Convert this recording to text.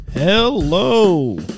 Hello